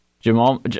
Jamal